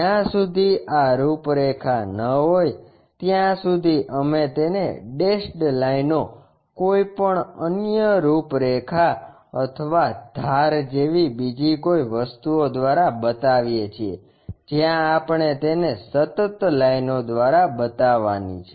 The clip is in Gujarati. જ્યાં સુધી આ રૂપરેખા ન હોય ત્યાં સુધી અમે તેને ડેશ લાઇનો કોઈપણ અન્ય રૂપરેખા અથવા ધાર જેવી બીજી કોઈ વસ્તુઓ દ્વારા બતાવીએ છીએ જ્યાં આપણે તેને સતત લાઇનો દ્વારા બતાવવાની છે